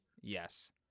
Yes